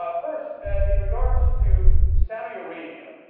ah first in regards to sathi arabia